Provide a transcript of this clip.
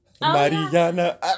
Mariana